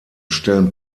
stellen